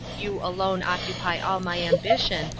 you alone occupy all my ambition,